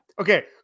okay